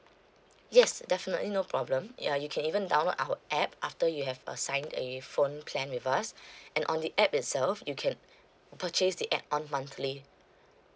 yes definitely no problem ya you can even download our app after you have uh signed a phone plan with us and on the app itself you can purchase the add-on monthly